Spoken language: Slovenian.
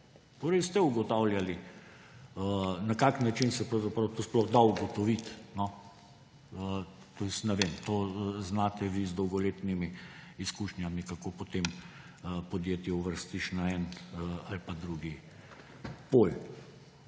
Torej ste ugotavljali. Na kakšen način se pravzaprav to sploh da ugotoviti, jaz ne vem. To znate vi z dolgoletnimi izkušnjami, kako potem podjetje uvrstiš na en ali pa drugi pol.